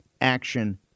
action